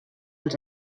els